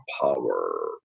power